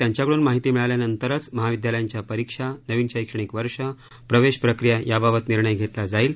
त्यांच्याकडून माहिती मिळाल्यानंतरच महाविद्यालयांच्या परीक्षा नवीन शैक्षणिक वर्ष प्रवेश प्रक्रिया याबाबत निर्णय घेतला जाईल